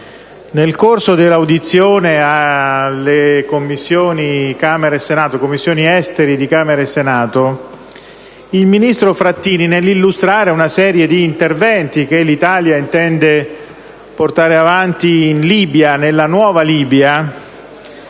nel corso dell'audizione svoltasi presso le Commissioni esteri di Camera e Senato, il ministro Frattini, nell'illustrare una serie di interventi che l'Italia intende portare avanti in Libia, nella nuova Libia,